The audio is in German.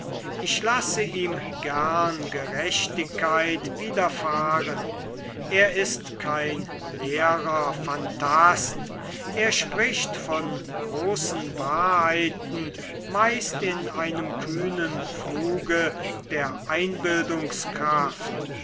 ich lasse ihm gern gerechtigkeit widerfahren er ist kein leerer phantast er spricht von großen wahrheiten meist in einem kühnen fluge der